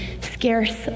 scarce